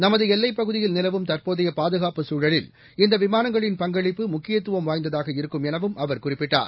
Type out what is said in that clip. நமது எல்லைப் பகுதியில் நிலவும் தற்போதைய பாதுகாப்புச் சூழலில் இந்த விமானங்களின் பங்களிப்பு முக்கியத்துவம் வாய்ந்ததாக இருக்கும் எனவும் அவர் குறிப்பிட்டார்